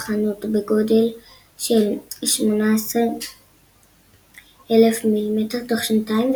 חנות בגודל של 18,000 מ"ר תוך שנתיים,